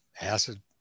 acid